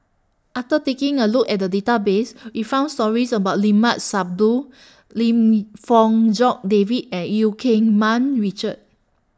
after taking A Look At The Database We found stories about Limat Sabtu Lim Fong Jock David and EU Keng Mun Richard